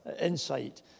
insight